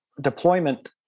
deployment